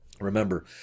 Remember